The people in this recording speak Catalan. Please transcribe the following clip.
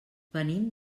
venim